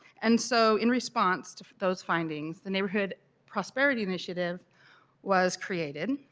and so in response to those findings the neighborhood prosperity initiative was created,